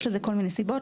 יש לזה כל מיני סיבות,